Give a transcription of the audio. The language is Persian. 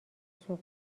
سوق